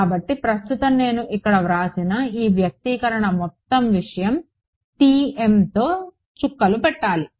కాబట్టి ప్రస్తుతం నేను ఇక్కడ వ్రాసిన ఈ వ్యక్తీకరణ మొత్తం విషయం tmతో చుక్కలు పెట్టాలి